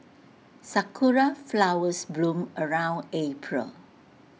Sakura Flowers bloom around April